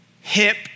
Hip